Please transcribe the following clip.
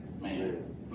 man